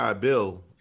bill